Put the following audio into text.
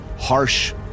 harsh